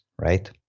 right